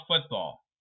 football